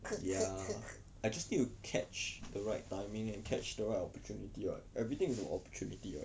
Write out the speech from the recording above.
ya I just need to catch the right timing and catch the right opportunity [what] everything is opportunity [what]